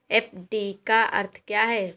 FD का अर्थ क्या है?